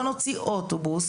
לא נוציא אוטובוס,